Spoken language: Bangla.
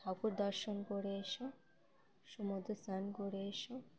ঠাকুর দর্শন করে এসো সমুদ্র স্নান করে এসো